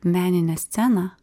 meninę sceną